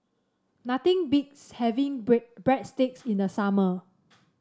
nothing beats having Bread Breadsticks in the summer